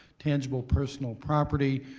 tangible personal property.